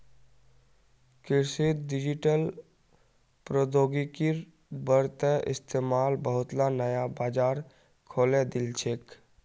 कृषित डिजिटल प्रौद्योगिकिर बढ़ त इस्तमाल बहुतला नया बाजार खोले दिल छेक